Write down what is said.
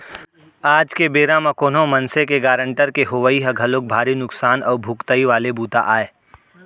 आज के बेरा म कोनो मनसे के गारंटर के होवई ह घलोक भारी नुकसान अउ भुगतई वाले बूता आय